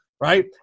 right